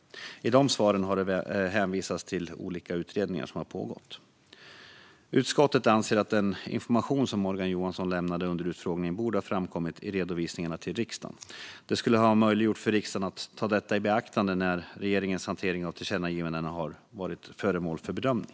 I de svaren har det hänvisats till olika utredningar som pågått. Utskottet anser att den information som Morgan Johansson lämnade under utfrågningen borde ha framkommit i redovisningarna till riksdagen. Det skulle ha möjliggjort för riksdagen att ta detta i beaktande när regeringens hantering av tillkännagivanden har varit föremål för bedömning.